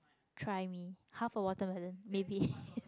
try me half a watermelon maybe